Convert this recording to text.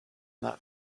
not